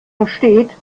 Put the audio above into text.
versteht